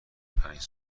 پنج